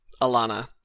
Alana